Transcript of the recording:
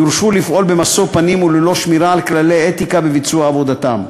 יורשו לפעול במשוא-פנים וללא שמירה על כללי אתיקה בביצוע עבודתם.